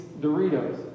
Doritos